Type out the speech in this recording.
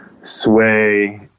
sway